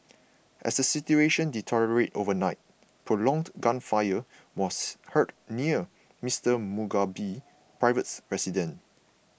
as the situation deteriorated overnight prolonged gunfire was heard near Mister Mugabe's private residence